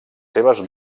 seves